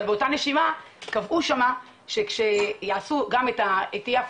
אבל באותה נשימה קבעו שם שכשיעשו גם את אי-ההפללה,